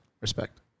respect